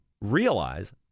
realize